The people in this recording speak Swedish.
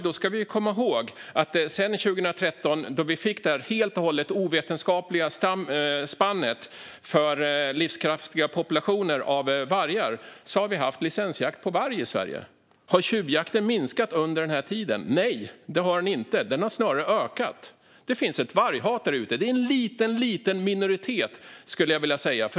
Vi ska komma ihåg att sedan 2013, då vi fick det helt och hållet ovetenskapliga spannet för livskraftiga populationer av varg, har vi i Sverige haft licensjakt på varg. Har tjuvjakten minskat under denna tid? Nej, det har den inte, utan den har snarare ökat. Det finns ett varghat där ute. Det är en liten minoritet, skulle jag vilja säga.